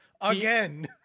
again